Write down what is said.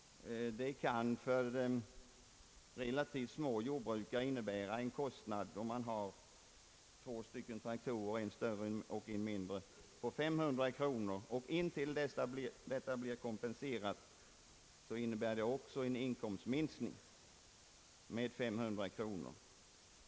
Det kan för ägare av relativt små jordbruk, som har en större och en mindre traktor, innebära en kostnad på 500 kronor i utgiftsökning. Till dess den kostnaden blir kompenserad innebär det också en inkomstminskning med 500 kronor.